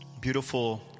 beautiful